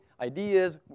ideas